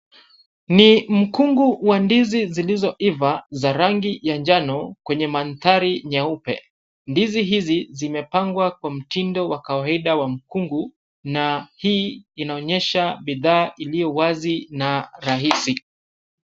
Ni mkungu wa ndizi zilizoiva za rangi ya njano kwenye mandhari nyeupe. Ndizi hizi zimepangwa kwa mtindo wa kawaida wa mkungu na hii inaonyesha bidhaa iliyo wazi na rahisi.